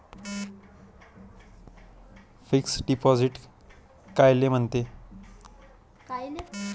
Fix deposit कायले म्हनते?